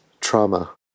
trauma